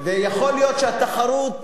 יכול להיות שהתחרות,